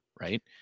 Right